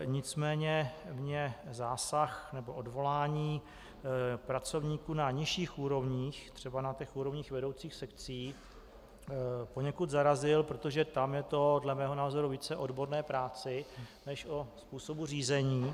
Nicméně mě zásah nebo odvolání pracovníků na nižších úrovních, třeba na těch úrovních vedoucích sekcí, poněkud zarazil, protože tam je to dle mého názoru více o odborné práci než o způsobu řízení.